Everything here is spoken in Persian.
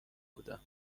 بودم